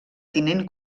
tinent